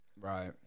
Right